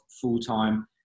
full-time